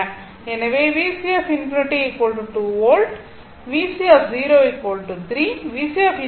எனவே 2 வோல்ட் 3 2 மற்றும்